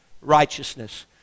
Righteousness